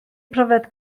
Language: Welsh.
pryfed